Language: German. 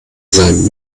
sein